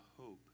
hope